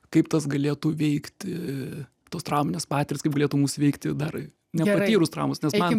kaip tas galėtų veikti tos trauminės patirtys kaip galėtų mus veikti dar nepatyrus traumos nes man